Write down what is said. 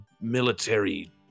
military